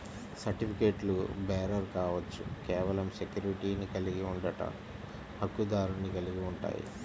సర్టిఫికెట్లుబేరర్ కావచ్చు, కేవలం సెక్యూరిటీని కలిగి ఉండట, హక్కుదారుని కలిగి ఉంటాయి,